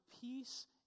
peace